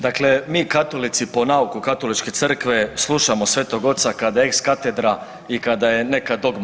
Dakle, mi katolici po nauku katoličke crkve slušamo Svetog Oca kada ex katedra i kada je neka dogma.